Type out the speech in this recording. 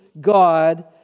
God